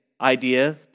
idea